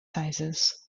sizes